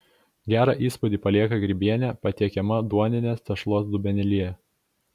gerą įspūdį palieka grybienė patiekiama duoninės tešlos dubenėlyje